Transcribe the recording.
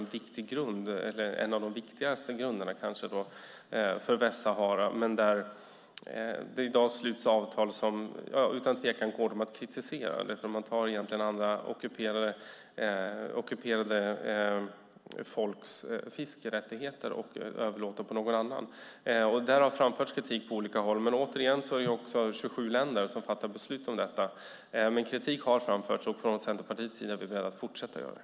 Det kommer att utgöra en av de viktigaste grunderna för Västsahara. Det sluts i dag avtal som utan tvekan går att kritisera. Man tar egentligen ockuperade folks fiskerättigheter och överlåter dem på någon annan. Det har framförts kritik från olika håll. Men det är återigen 27 länder som fattar beslut om detta. Kritik har framförts, och från Centerpartiets sida är vi beredda att fortsätta att göra det.